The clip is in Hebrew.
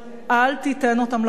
אל תיתן אותם ל"חמאס".